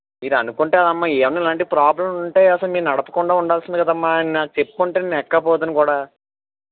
మీరు అనుకుంటారమ్మా ఏమైనా ఇలాంటి ప్రాబ్లెమ్లు ఉంటే అసలు మీరు నడపకుండా ఉండాల్సింది కదమ్మా నాకు చెప్పి ఉంటే నేను ఎక్కక పోదును కూడా